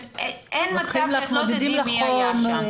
אין מצב שאת לא תדעי מי היה שם.